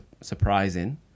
surprising